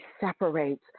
separates